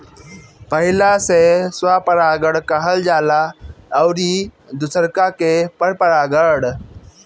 पहिला से स्वपरागण कहल जाला अउरी दुसरका के परपरागण